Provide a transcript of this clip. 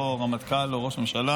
לא הרמטכ"ל ולא ראש הממשלה,